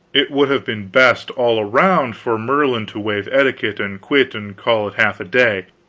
it would have been best, all round, for merlin to waive etiquette and quit and call it half a day,